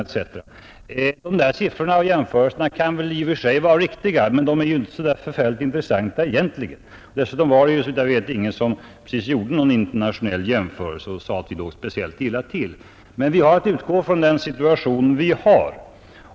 Dessa siffror och jämförelser kan väl ibland vara riktiga, men de är väl inte så förfärligt intressanta egentligen. Dessutom var det, såvitt jag vet, ingen som precis sade att vi låg speciellt illa till vid en internationell jämförelse. Vi har att utgå från den situation som föreligger hos oss.